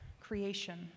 creation